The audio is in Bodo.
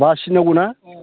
बासिनांगौ ना